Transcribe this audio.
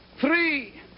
three